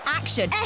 action